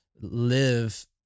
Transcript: live